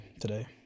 today